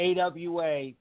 AWA